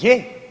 Je.